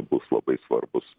bus labai svarbūs